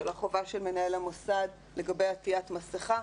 של החובה של מנהל המוסד לגבי עטיית מסכה,